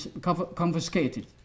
confiscated